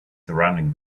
surrounding